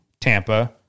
Tampa